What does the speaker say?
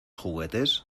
juguetes